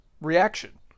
reaction